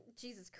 Jesus